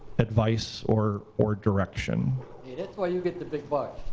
advice, or or direction. yeah, that's why you get the big bucks.